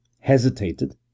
hesitated